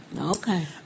Okay